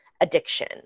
addiction